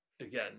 again